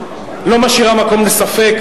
משאירה מקום לספק: